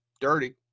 dirty